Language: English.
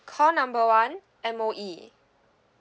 call number one M_O_E